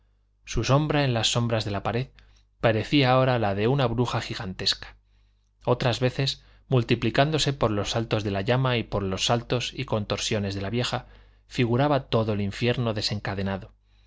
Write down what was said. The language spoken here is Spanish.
su sombra en las sombras de la pared parecía ahora la de una bruja gigantesca otras veces multiplicándose por los saltos de la llama y por los saltos y contorsiones de la vieja figuraba todo el infierno desencadenado